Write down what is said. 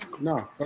no